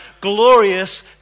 glorious